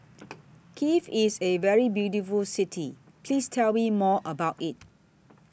Kiev IS A very beautiful City Please Tell Me More about IT